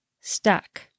stuck